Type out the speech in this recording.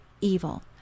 evil